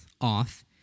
off